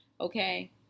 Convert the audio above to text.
okay